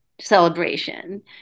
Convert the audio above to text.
celebration